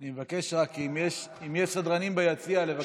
אני מבקש רק, אם יש סדרנים ביציע, לבקש שיהיה שקט.